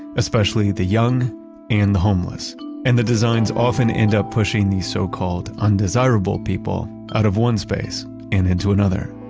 especially the young and the homeless. and the designs often end up pushing these so-called undesirable people out of one space and into another